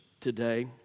today